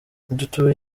dutuye